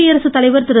குடியரசுத் தலைவர் திரு